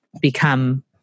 become